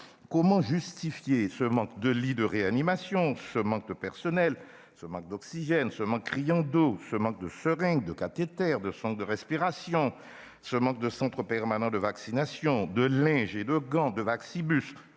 Comment justifier ce manque de lits de réanimation, ce manque de personnels, ce manque d'oxygène, ce manque criant d'eau, ce manque de seringues, de cathéters, de sondes de respiration, ce manque de centres permanents de vaccination, de linge et de gants, de « vaccibus